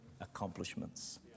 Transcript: accomplishments